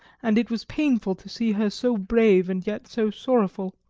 and it was pitiful to see her so brave and yet so sorrowful,